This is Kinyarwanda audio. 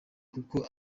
kuko